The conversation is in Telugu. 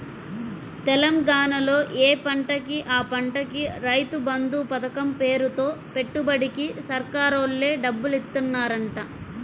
తెలంగాణాలో యే పంటకి ఆ పంటకి రైతు బంధు పతకం పేరుతో పెట్టుబడికి సర్కారోల్లే డబ్బులిత్తన్నారంట